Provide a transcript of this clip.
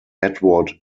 edward